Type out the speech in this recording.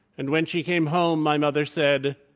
and when she came home, my mother said,